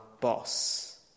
boss